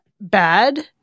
bad